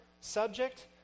subject